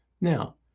Now